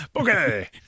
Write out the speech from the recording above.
okay